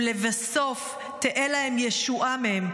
ולבסוף תהיה להם ישועה מהם.